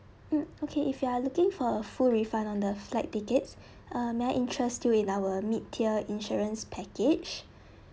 mm okay if you are looking for a full refund on the flight tickets uh may I interest you in our mid tier insurance package